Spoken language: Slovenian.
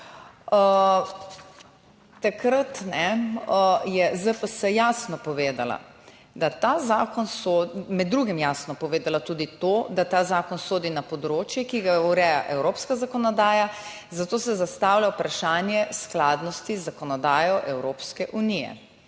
Takrat je ZPS med drugim jasno povedala tudi to, da ta zakon sodi na področje, ki ga ureja evropska zakonodaja, zato se zastavlja vprašanje skladnosti z zakonodajo Evropske unije.